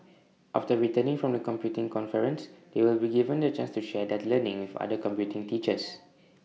after returning from the computing conference they will be given the chance to share their learning with other computing teachers